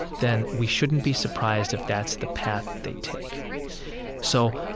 then we shouldn't be surprised if that's the path they take so